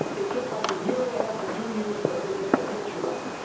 it took like a year and a half or two years for her to get the picture up.